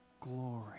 glory